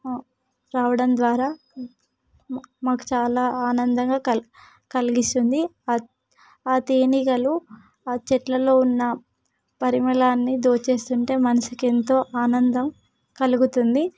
రావడం ద్వారా మాకు చాలా ఆనందంగా కలిగిస్తుంది ఆ తేనీగలు ఆ చెట్లలో ఉన్న పరిమళాన్ని దోచేస్తుంటే మనసుకెంతో ఆనందం కలుగుతుంది